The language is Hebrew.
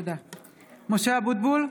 (קוראת בשמות חברי הכנסת) משה אבוטבול,